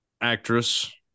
actress